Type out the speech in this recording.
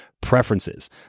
preferences